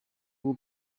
will